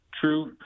true